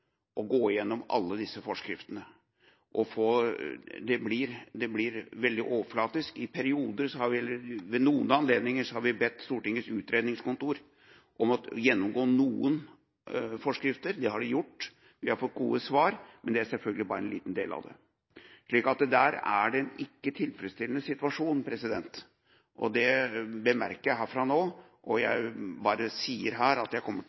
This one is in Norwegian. gå igjennom alle disse forskriftene. Det blir veldig overflatisk. Ved noen anledninger har vi bedt Stortingets utredningsseksjon om å gjennomgå noen forskrifter. Det har de gjort, og vi har fått gode svar, men det er selvfølgelig bare en liten del av det. Det er altså ikke en tilfredsstillende situasjon, og det bemerker jeg herfra nå. Jeg bare sier her at jeg kommer til